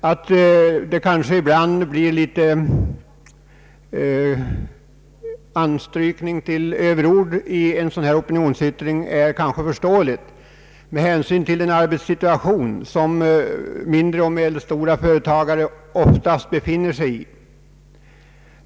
Att det kanske ibland blir litet anstrykning av överord i en sådan här opinionsyttring är förståeligt med hänsyn till den arbetssituation som mindre och medelstora företagare oftast befinner sig i.